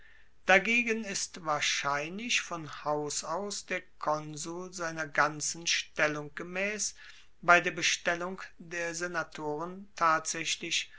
dagegen ist wahrscheinlich von haus aus der konsul seiner ganzen stellung gemaess bei der bestellung der senatoren tatsaechlich